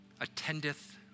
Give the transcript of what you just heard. attendeth